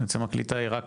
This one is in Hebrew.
בעצם הקליטה היא רק